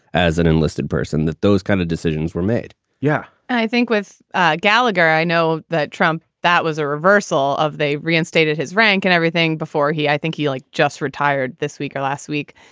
as an enlisted person that those kind of decisions were made yeah, i think with ah galagher, galagher, i know that trump that was a reversal of they reinstated his rank and everything before he i think he like just retired this week or last week.